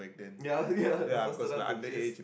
ya ya must faster run to chase